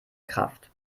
kraft